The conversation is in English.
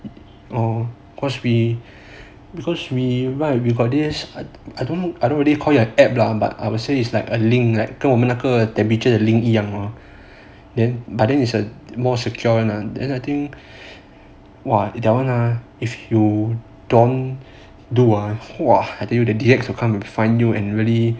orh then should be cause we we got this I don't really call it an app lah but I would say it's like a link like 跟我们那个 temperature 的 link 一样 then but then is a more secure [one] ah then I think !wah! that one ah if you don't do ah !wah! I tell you they will really come and find you and really